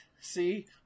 See